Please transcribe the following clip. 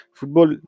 Football